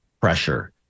pressure